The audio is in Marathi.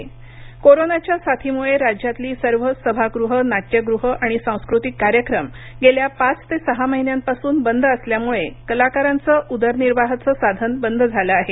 कोरोनाच्या साथीमुळे राज्यातली सर्व सभागृहं नाट्यगृहं आणि सांस्कृतिक कार्यक्रम गेल्या पाच ते सहा महिन्यांपासून बंद असल्यामुळे कलाकारांचं उदरनिर्वाहाचं साधन बंद झाले आहे